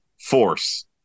force